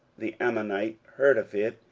the ammonite, heard of it,